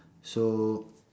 so